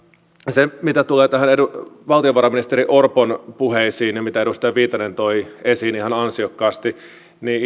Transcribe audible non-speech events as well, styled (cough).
mitä tulee valtiovarainministeri orpon puheisiin ja mitä edustaja viitanen toi esiin ihan ansiokkaasti niin (unintelligible)